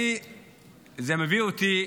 זה מביא אותי